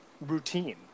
routine